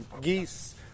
geese